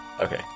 Okay